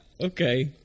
okay